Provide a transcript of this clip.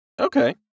Okay